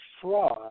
fraud